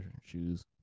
shoes